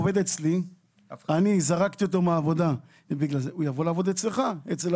כשאני זרקתי אותו מהעבודה הוא יבוא לעבוד אצלך.